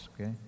okay